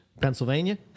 Pennsylvania